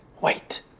wait